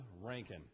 Rankin